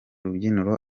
rubyiniro